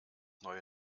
neue